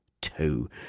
two